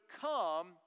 come